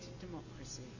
democracy